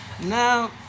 now